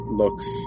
looks